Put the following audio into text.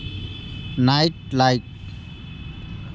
nightlife